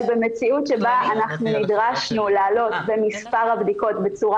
אבל במציאות שבה אנחנו נדרשנו לעלות במספר הבדיקות בצורה